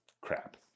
crap